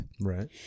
Right